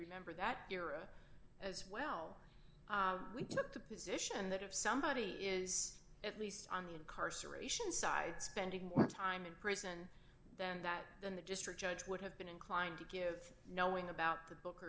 remember that as well with the position that if somebody is at least on the incarceration side spending time in prison than that then the district judge would have been inclined to give knowing about the book